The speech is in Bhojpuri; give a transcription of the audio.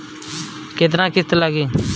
केतना किस्त लागी?